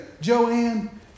Joanne